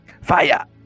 fire